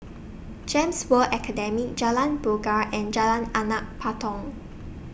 Gems World Academy Jalan Bangau and Jalan Anak Patong